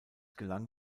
gelang